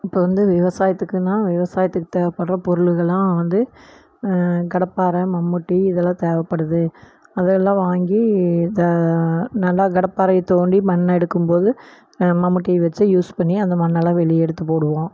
இப்போ வந்து விவசாயத்துக்குனால் விவசாயத்துக்கு தேவைப்படுற பொருள்களெலாம் வந்து கடப்பாரை மம்முட்டி இதெல்லாம் தேவைப்படுது அதெல்லாம் வாங்கி இதை நல்லா கடப்பாரையில் தோண்டி மண் எடுக்கும்போது மம்முட்டி வச்சு யூஸ் பண்ணி அந்த மண்ணெல்லாம் வெளியே எடுத்து போடுவோம்